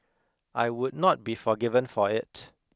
I would not be forgiven for it